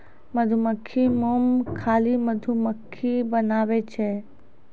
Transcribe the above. मधुमक्खी मोम खाली मधुमक्खिए बनाबै छै